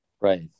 Right